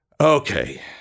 Okay